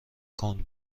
کند